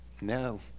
No